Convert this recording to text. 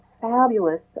fabulous